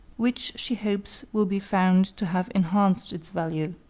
which she hopes will be found to have enhanced its value.